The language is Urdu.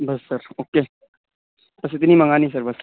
بس سر اوکے بس اتنی ہی منگانی سر بس